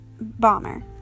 bomber